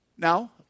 Now